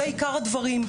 זה עיקר הדברים.